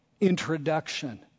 Introduction